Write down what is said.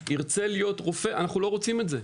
ירצה להיות רופא אנחנו לא רוצים את זה,